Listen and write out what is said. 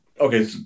Okay